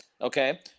okay